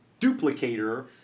duplicator